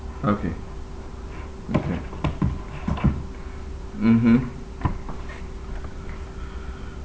okay okay mmhmm